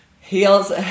heels